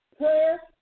Prayer